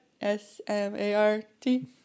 S-M-A-R-T